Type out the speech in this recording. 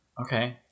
Okay